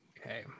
Okay